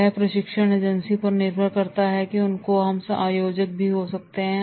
यह प्रशिक्षण एजेंसी पर निर्भर करता है या उनको हम आयोजक भी के सकते हैं